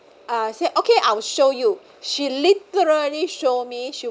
uh say okay I will show you she literally show me she